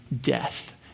death